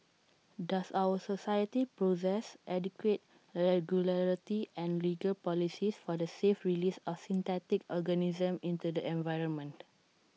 does our society possess adequate regulatory and legal policies for the safe release of synthetic organisms into the environment